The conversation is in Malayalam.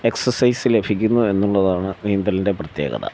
എക്സസൈസ് ലഭിക്കുന്നു എന്നുള്ളതാണ് നീന്തൽൻ്റെ പ്രത്യേകത